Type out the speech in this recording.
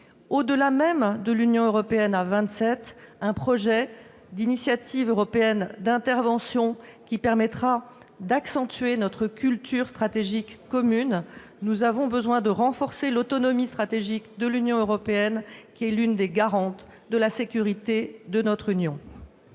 Au-delà même de l'Union européenne à vingt-sept, nous avons proposé un projet d'initiative européenne d'intervention qui permettra d'accentuer notre culture stratégique commune. Nous avons besoin de renforcer l'autonomie stratégique de l'Union européenne, qui est l'une des garantes de la sécurité de notre Union.